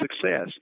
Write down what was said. success